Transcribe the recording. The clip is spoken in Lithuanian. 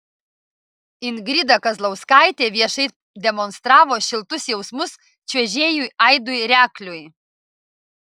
ingrida kazlauskaitė viešai demonstravo šiltus jausmus čiuožėjui aidui rekliui